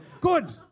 good